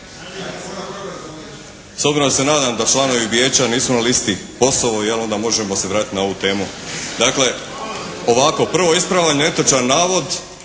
da se nadam da članovi Vijeća nisu na listi POS-ovoj jel onda možemo se vratiti na ovu temu. Dakle, ovako, prvo ispravljam netočan navod